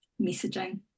messaging